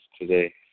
today